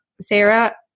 Sarah